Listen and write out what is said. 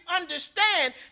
understand